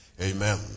amen